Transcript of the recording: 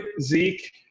Zeke